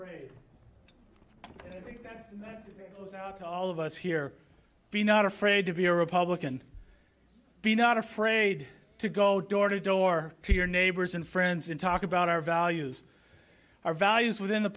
that all of us here be not afraid to be a republican be not afraid to go door to door to your neighbors and friends in talk about our values our values within the